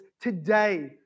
today